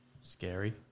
Scary